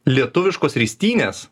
lietuviškos ristynės